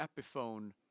Epiphone